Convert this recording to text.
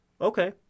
Okay